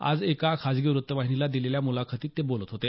आज एका खासगी व्त्तवाहिनीला दिलेल्या मुलाखतीत ते बोलत होते